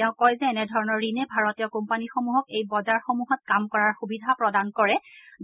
তেওঁ কয় যে এনেধৰণৰ ঋণে ভাৰতীয় কোম্পানীসমূহক এই বজাৰসমূহত কাম কৰাৰ সুবিধা প্ৰদান কৰে